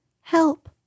help